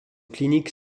clinique